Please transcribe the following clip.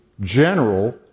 general